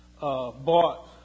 bought